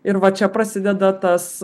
ir va čia prasideda tas